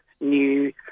new